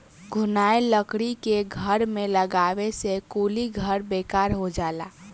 घुनाएल लकड़ी के घर में लगावे से कुली घर बेकार हो जाला